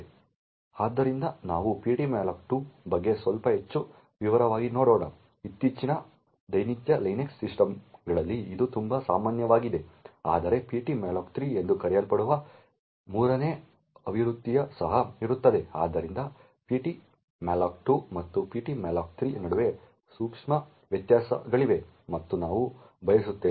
ಆದ್ದರಿಂದ ನಾವು ptmalloc2 ಬಗ್ಗೆ ಸ್ವಲ್ಪ ಹೆಚ್ಚು ವಿವರವಾಗಿ ನೋಡೋಣ ಇತ್ತೀಚಿನ ದೈನಂದಿನ ಲಿನಕ್ಸ್ ಸಿಸ್ಟಮ್ಗಳಲ್ಲಿ ಇದು ತುಂಬಾ ಸಾಮಾನ್ಯವಾಗಿದೆ ಆದರೆ ptmalloc3 ಎಂದು ಕರೆಯಲ್ಪಡುವ 3 ನೇ ಆವೃತ್ತಿಯು ಸಹ ಇರುತ್ತದೆ ಆದ್ದರಿಂದ ptmalloc2 ಮತ್ತು ptmalloc3 ನಡುವೆ ಸೂಕ್ಷ್ಮ ವ್ಯತ್ಯಾಸಗಳಿವೆ ಮತ್ತು ನಾವು ಬಯಸುತ್ತೇವೆ